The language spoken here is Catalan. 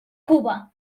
cuba